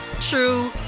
true